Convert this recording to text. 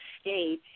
state